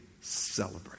Celebrate